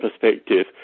perspective